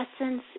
essence